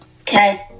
Okay